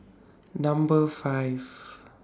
Number five